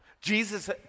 Jesus